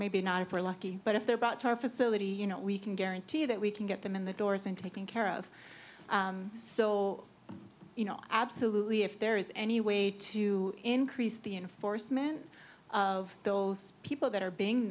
maybe not if we're lucky but if they're brought to our facility you know we can guarantee that we can get them in the doors and taken care of so you know absolutely if there is any way to increase the enforcement of those people that are being